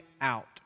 out